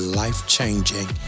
life-changing